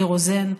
ניר רוזן,